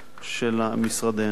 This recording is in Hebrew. של משרדנו,